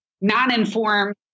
non-informed